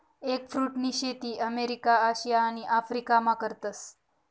एगफ्रुटनी शेती अमेरिका, आशिया आणि आफरीकामा करतस